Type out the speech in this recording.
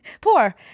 Poor